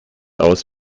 aus